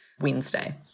Wednesday